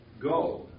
Go